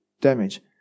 damage